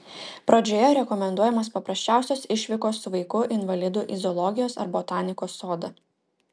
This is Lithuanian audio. pradžioje rekomenduojamos paprasčiausios išvykos su vaiku invalidu į zoologijos ar botanikos sodą